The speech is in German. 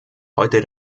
heute